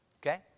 Okay